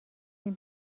این